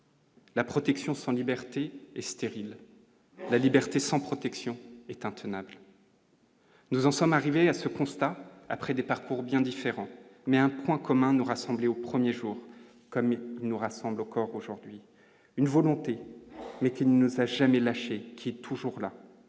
La protection sans liberté et stérile la liberté sans protection est intenable. Nous en sommes arrivés à ce constat après des parcours bien différent, mais un point commun : nous rassembler au 1er jour comme nous rassemble encore aujourd'hui une volonté mais qui ne sache jamais lâché, qui est toujours là